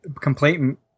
complaint